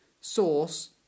Source